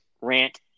Rant